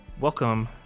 Welcome